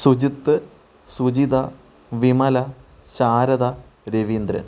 Sujith Sujitha Vimala Sarada Raveendran